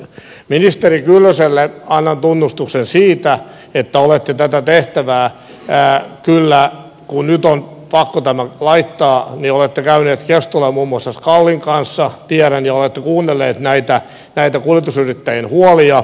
ministeri kyllöselle annan tunnustuksen siitä että olette kyllä vaikka nyt on pakko tämä käytäntöön laittaa käynyt keskustelua muun muassa skalin kanssa tiedän ja olette kuunnellut näitä kuljetusyrittäjien huolia